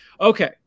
Okay